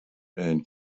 and